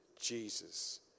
Jesus